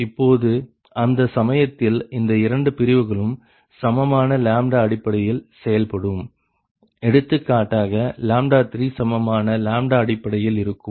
இப்பொழுது அந்த சமயத்தில் இந்த இரண்டு பிரிவுகளும் சமமான λ அடிப்படையில் செயல்படும் எடுத்துக்காட்டாக 3 சமமான λ அடிப்படையில் இருக்கும்